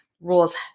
rules